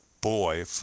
boy